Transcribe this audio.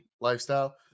lifestyle